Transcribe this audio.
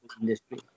industry